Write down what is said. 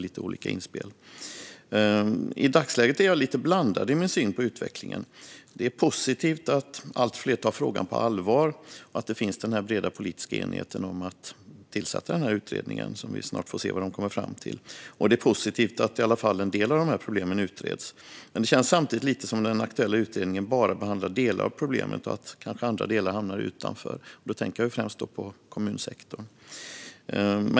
I dagsläget har jag en lite blandad syn på utvecklingen. Det är positivt att allt fler tar frågan på allvar och att det fanns bred politisk enighet om att tillsätta denna utredning. Vi får snart se vad den kommit fram till. Det är också positivt att i alla fall en del av problemen utreds. Men det känns samtidigt som om den aktuella utredningen bara behandlar delar av problemet och att andra delar hamnar utanför. Då tänker jag främst på kommunsektorn.